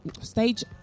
stage